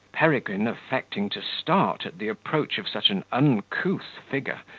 peregrine, affecting to start at the approach of such an uncouth figure,